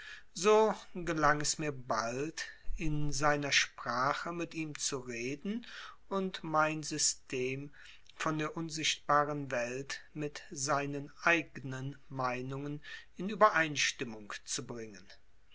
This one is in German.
so gelang es mir bald in seiner sprache mit ihm zu reden und mein system von der unsichtbaren welt mit seinen eignen meinungen in übereinstimmung zu bringen